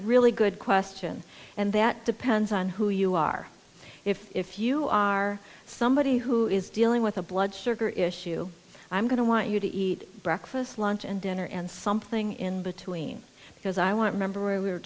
really good question and that depends on who you are if you are somebody who is dealing with a blood sugar issue i'm going to want you to eat breakfast lunch and dinner and something in between because i want to remember we were